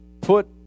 put